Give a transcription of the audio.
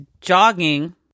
jogging